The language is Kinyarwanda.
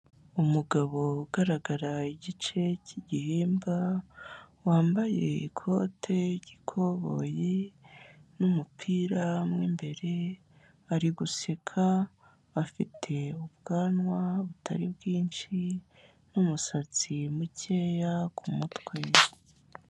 Umugabo ugaragara igice cy'igihimba, wambaye ikote ry'ikoboyi n'umupira mu imbere, ari guseka afite ubwanwa butari bwinshi n'umusatsi mukeya ku mutwe.